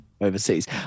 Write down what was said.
overseas